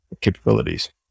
capabilities